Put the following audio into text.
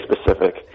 specific